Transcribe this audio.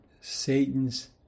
Satan's